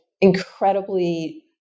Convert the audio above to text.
incredibly